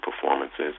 performances